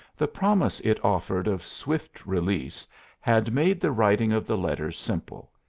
the promise it offered of swift release had made the writing of the letters simple,